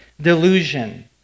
delusion